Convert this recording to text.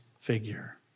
figure